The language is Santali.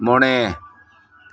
ᱢᱚᱬᱮ